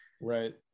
Right